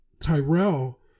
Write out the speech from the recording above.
Tyrell